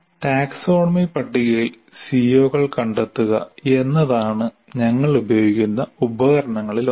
taxonomy പട്ടികയിൽ CO കൾ കണ്ടെത്തുക എന്നതാണ് ഞങ്ങൾ ഉപയോഗിക്കുന്ന ഉപകരണങ്ങളിലൊന്ന്